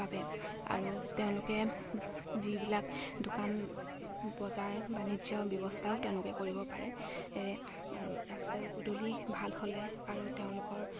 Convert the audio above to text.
বাবে আৰু তেওঁলোকে যিবিলাক দোকান বজাৰ বাণিজ্য ব্যৱস্থাও তেওঁলোকে কৰিব পাৰে আৰু ৰাস্তা পদূলি ভাল হ'লে আৰু তেওঁলোকৰ